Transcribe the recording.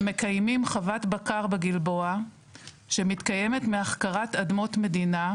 מקיימים חוות בקר בגלבוע שמתקיימת מהחכרת אדמות מדינה,